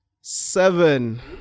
Seven